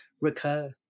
recur